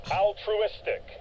altruistic